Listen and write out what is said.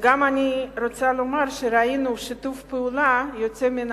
וגם אני רוצה לומר שראינו שיתוף פעולה יוצא מן